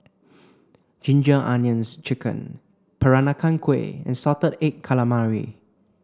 ginger onions chicken Peranakan Kueh and salted egg calamari